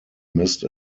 missed